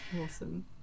awesome